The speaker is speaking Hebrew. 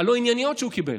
הלא-ענייניות שהוא קיבל,